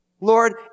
Lord